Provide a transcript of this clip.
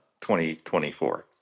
2024